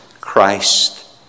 Christ